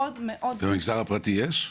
במגזר הפרטי יש?